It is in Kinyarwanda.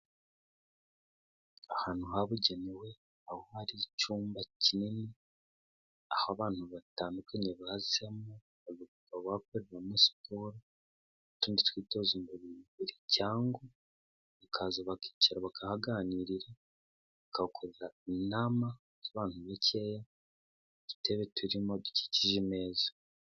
Ahantu hababugenewe aho hari icyumba kinini, aho abantu batandukanye bazamo, bakaba bakoreramo siporo, n'utundi twitozo ngororamubiri, cyangwa ikaza bakicara bakahaganirira, bakahakorera inama y'abantu bakeya, ku dutebe turimo dukikije imeza.